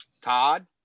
todd